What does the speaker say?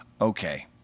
okay